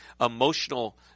emotional